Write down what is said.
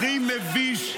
הכי מביש.